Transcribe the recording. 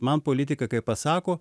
man politika kai pasako